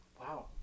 Wow